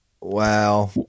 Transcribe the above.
Wow